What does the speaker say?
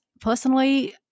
personally